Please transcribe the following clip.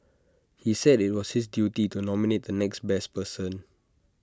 he said IT was his duty to nominate the next best person